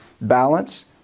balance